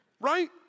right